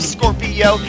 Scorpio